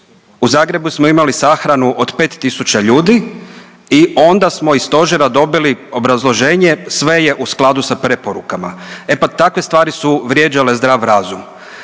U Zagrebu smo imali sahranu od 5000 ljudi i onda smo iz Stožera dobili obrazloženje sve je u skladu sa preporukama. E pa takve stvari su vrijeđale zdrav razum.